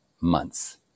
months